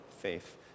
faith